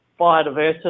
biodiversity